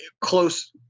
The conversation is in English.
close